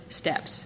steps